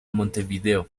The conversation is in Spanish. montevideo